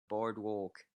boardwalk